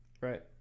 right